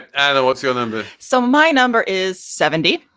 and what's your number? so my number is seventy.